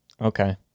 Okay